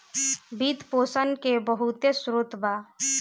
वित्त पोषण के बहुते स्रोत बा